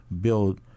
build